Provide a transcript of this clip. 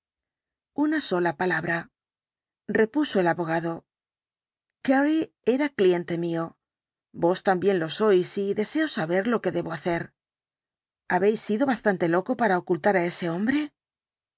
una sola palabra repuso el abogado carew era cliente mío vos también lo sois y deseo saber lo que debo hacer habéis sido bastante loco para ocultar á ese hombre